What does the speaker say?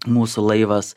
mūsų laivas